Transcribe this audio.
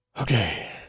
Okay